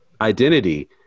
identity